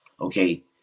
Okay